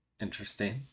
Interesting